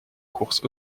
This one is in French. courses